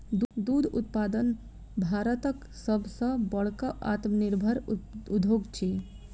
दूध उत्पादन भारतक सभ सॅ बड़का आत्मनिर्भर उद्योग अछि